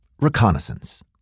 reconnaissance